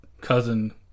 cousin